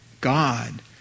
God